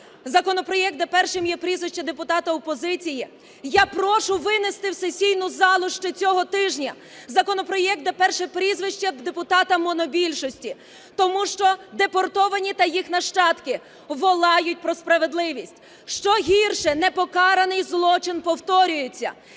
законопроект, де першим є прізвище депутата опозиції, я прошу винести в сесійну залу ще цього тижня законопроект, де перше прізвище депутата монобільшості. Тому що депортовані та їх нащадки волають про справедливість. Що гірше – непокараний злочин повторюється.